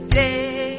day